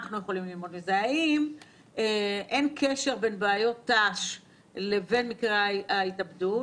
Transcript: האם אין קשר בין בעיות ת"ש לבין מקרה ההתאבדות,